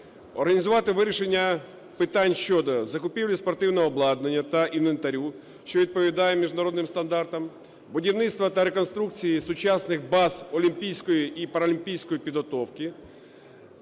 організувати вирішення питань щодо закупівлі спортивного обладнання та інвентарю, що відповідає міжнародним стандартами, будівництва те реконструкції сучасних баз олімпійської і паралімпійської підготовки,